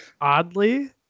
Oddly